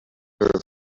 surface